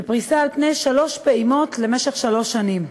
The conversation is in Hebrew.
בפריסה על-פני שלוש פעימות למשך שלוש שנים.